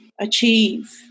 achieve